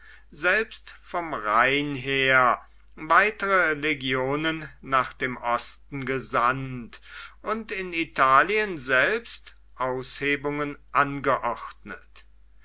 selbst vom rhein her weitere legionen nach dem osten gesandt und in italien selbst aushebungen angeordnet